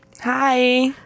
Hi